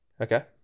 Okay